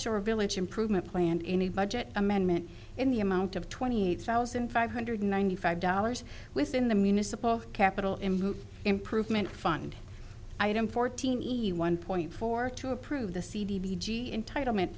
shore village improvement plan and in a budget amendment in the amount of twenty eight thousand five hundred ninety five dollars within the municipal capital in improvement fund item fourteen one point four to approve the c d g in title meant